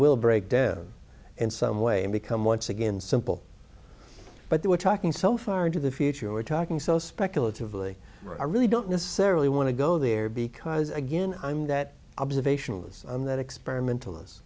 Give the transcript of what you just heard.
will break down in some way and become once again simple but we're talking so far into the future we're talking so speculative really i really don't necessarily want to go there because again i'm that observational is that experimental